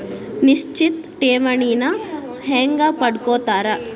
ನಿಶ್ಚಿತ್ ಠೇವಣಿನ ಹೆಂಗ ಪಡ್ಕೋತಾರ